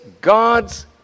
God's